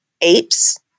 Apes